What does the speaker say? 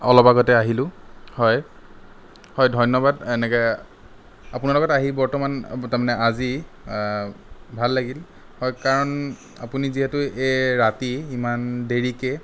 অলপ আগতে আহিলোঁ হয় হয় ধন্যবাদ এনেকে আপোনাৰ লগত আহি বৰ্তমান তাৰমানে আজি ভাল লাগিল হয় কাৰণ আপুনি যিহেতু এই ৰাতি ইমান দেৰিকৈ